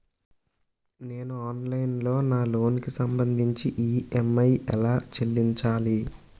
నేను ఆన్లైన్ లో నా లోన్ కి సంభందించి ఈ.ఎం.ఐ ఎలా చెల్లించాలి?